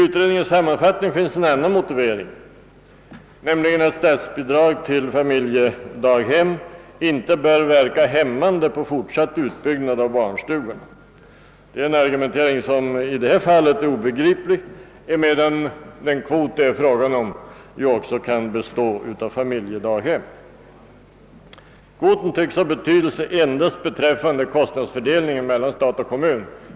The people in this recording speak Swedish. I utredningens sammanfattning finns en annan motivering, nämligen att statsbidrag till familjedaghem inte bör verka hämmande på fortsatt utbyggnad av barnstugorna. Det är en argumentering som i detta fall är obegriplig, emedan det i ifrågavarande kvot också kan ingå familjedaghem. Kvoten tycks ha betydelse endast beträffande kostnadsfördelningen mellan stat och kommun.